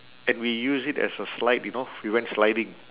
and we use it as a slide you know we went sliding